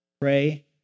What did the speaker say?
pray